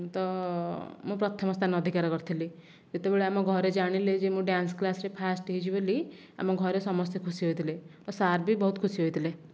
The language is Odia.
ତ ମୁଁ ପ୍ରଥମ ସ୍ଥାନ ଅଧିକାର କରିଥିଲି ଯେତେବେଳେ ଆମ ଘରେ ଜାଣିଲେ ଯେ ମୁଁ ଡ୍ୟାନ୍ସକ୍ଲାସ୍ ରେ ମୁଁ ଫାଷ୍ଟ ହୋଇଛି ବୋଲି ଆମ ଘରେ ସମସ୍ତେ ଖୁସି ହୋଇଥିଲେ ଆଉ ସାର୍ ବି ବହୁତ ଖୁସି ହୋଇଥିଲେ